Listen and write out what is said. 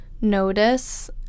notice